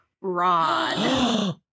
Rod